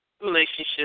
relationship